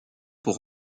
pour